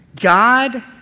God